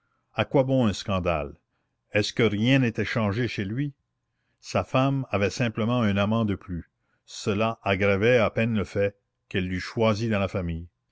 a quoi bon un scandale est-ce que rien était changé chez lui sa femme avait simplement un amant de plus cela aggravait à peine le fait qu'elle l'eût choisi dans la famille